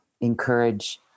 encourage